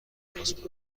درخواست